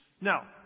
Now